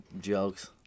jokes